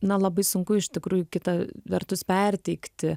na labai sunku iš tikrųjų kita vertus perteikti